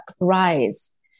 rise